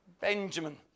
Benjamin